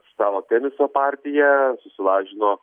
savo teniso partiją susilažino